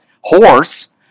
horse